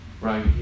right